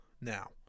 Now